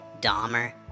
Dahmer